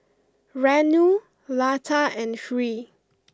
Renu Lata and Hri